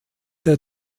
der